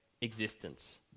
existence